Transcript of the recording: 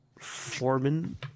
foreman